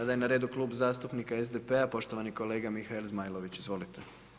Sada je na redu Klub zastupnika SDP-a, poštovani kolega Mihael Zmajlović, izvolite.